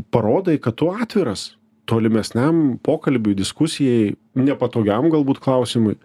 parodai kad tu atviras tolimesniam pokalbiui diskusijai nepatogiam galbūt klausimui